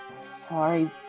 Sorry